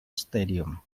stadium